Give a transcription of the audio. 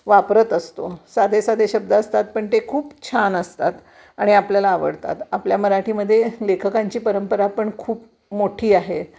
वापरत असतो साधे साधे शब्द असतात पण ते खूप छान असतात आणि आपल्याला आवडतात आपल्या मराठीमध्ये लेखकांची परंपरा पण खूप मोठी आहे